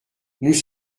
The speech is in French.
nous